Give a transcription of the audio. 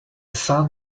sun